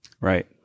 right